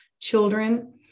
children